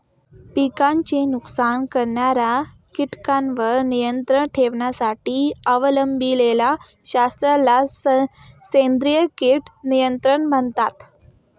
पिकांचे नुकसान करणाऱ्या कीटकांवर नियंत्रण ठेवण्यासाठी अवलंबिलेल्या शास्त्राला सेंद्रिय कीड नियंत्रण म्हणतात